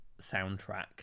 soundtrack